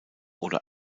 oder